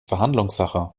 verhandlungssache